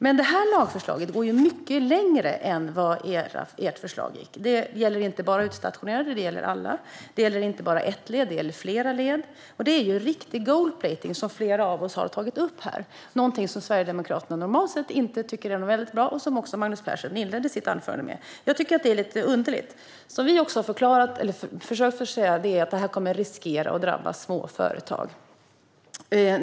Men det här lagförslaget går ju mycket längre än ert förslag. Det gäller inte bara utstationerade utan alla. Det gäller inte bara ett led utan flera led. Som flera av oss här har tagit upp är detta riktig gold-plating, någonting som Sverigedemokraterna normalt sett inte tycker är så väldigt bra, vilket också Magnus Persson inledde sitt anförande med att säga. Jag tycker att det är lite underligt. Som vi har försökt förklara kommer det här också att riskera att drabba små företag.